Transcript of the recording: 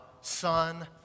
son